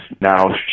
now